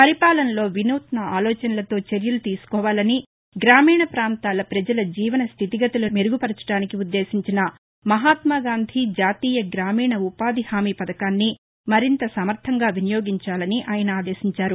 పరిపాలనలో వినూత్న ఆలోచనలతో చర్యలు తీసుకోవాలని గ్రామీణ ప్రాంతాల ప్రజల జీవన స్దితిగతులను మెరుగుపరచడానికి ఉద్దేశించిన మహాత్మగాంధీ జాతీయ గ్రామీణ ఉపాధి హామీ పథకాన్ని మరింత సమర్గంగా వినియోగించాలని ఆయన ఆదేశించారు